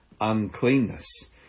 uncleanness